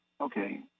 Okay